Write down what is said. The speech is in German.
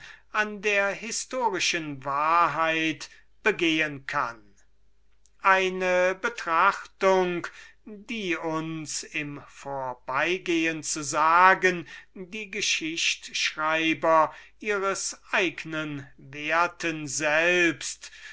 an der historischen wahrheit begehen kann eine betrachtung die uns im vorbeigehen zu sagen die geschichtschreiber ihres eignen werten selbsts